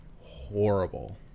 horrible